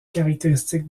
caractéristiques